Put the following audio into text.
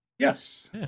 Yes